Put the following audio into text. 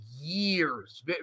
years